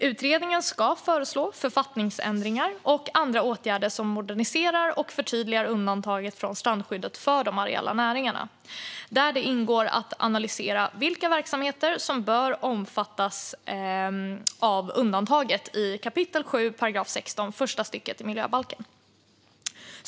Utredningen ska föreslå författningsändringar och andra åtgärder som moderniserar och förtydligar undantaget från strandskyddet för de areella näringarna, där det ingår att analysera vilka verksamheter som bör omfattas av undantaget i 7 kap. 16 § första stycket miljöbalken.